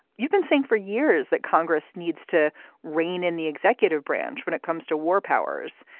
you've been saying for years that congress needs to rein in the executive branch when it comes to war powers.